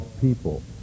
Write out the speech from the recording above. people